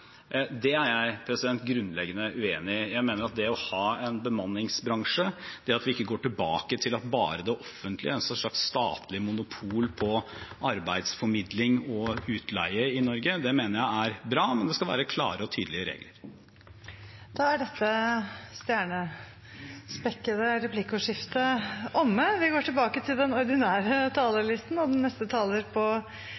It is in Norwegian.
Det er jeg grunnleggende uenig i. Jeg mener at det å ha en bemanningsbransje, det at vi ikke går tilbake til at bare det offentlige skal drive med det, altså et slags statlig monopol på arbeidsformidling og utleie i Norge, er bra. Men det skal være klare og tydelige regler. Da er dette stjernespekkede replikkordskiftet omme. De talere som heretter får ordet, har en taletid på inntil 3 minutter. Til